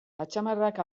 atzamarrak